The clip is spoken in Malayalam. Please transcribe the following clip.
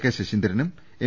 കെ ശശീന്ദ്രനും എം